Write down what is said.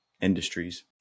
industries